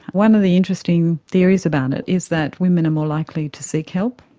one of the interesting theories about it is that women are more likely to seek help,